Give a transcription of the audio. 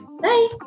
Bye